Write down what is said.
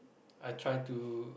I try to